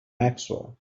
maxwell